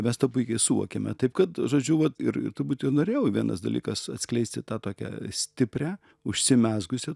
mes tą puikiai suvokiame taip kad žodžiu vat ir ir turbūt ir norėjau vienas dalykas atskleisti tą tokią stiprią užsimezgusią